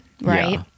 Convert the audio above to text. right